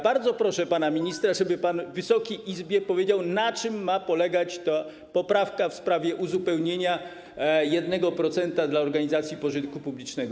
Bardzo proszę pana ministra, żeby pan Wysokiej Izbie powiedział, na czym ma polegać ta poprawka w sprawie uzupełnienia 1% dla organizacji pożytku publicznego.